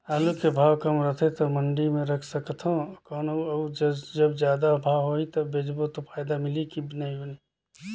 आलू के भाव कम रथे तो मंडी मे रख सकथव कौन अउ जब जादा भाव होही तब बेचबो तो फायदा मिलही की बनही?